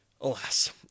Alas